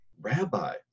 Rabbi